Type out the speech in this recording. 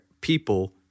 people